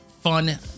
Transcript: fun